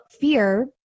fear